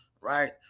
right